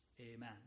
Amen